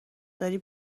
داری